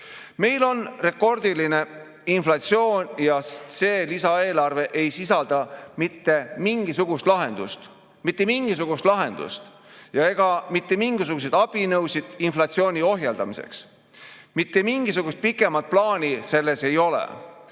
Meil on rekordiline inflatsioon ja see lisaeelarve ei sisalda mitte mingisugust lahendust. Mitte mingisugust lahendust ega mitte mingisuguseid abinõusid inflatsiooni ohjeldamiseks. Mitte mingisugust pikemat plaani selles ei ole.